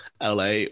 LA